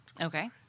Okay